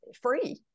free